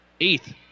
eighth